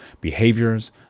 behaviors